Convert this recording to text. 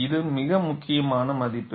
இது மிக முக்கியமான மதிப்பு